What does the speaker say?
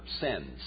sins